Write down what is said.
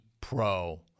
pro